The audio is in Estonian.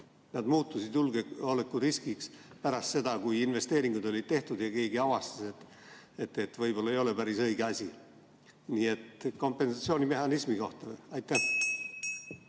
Nad muutusid julgeolekuriskiks pärast seda, kui investeeringud olid tehtud ja keegi avastas, et võib-olla ei ole asi päris õige. Nii et küsin kompensatsioonimehhanismi kohta. Aitäh!